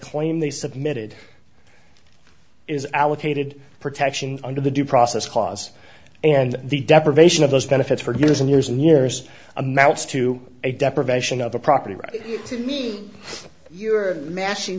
claim they submitted is allocated protection under the due process clause and the deprivation of those benefits for years and years and years amounts to a deprivation of the property right to mean you are mashing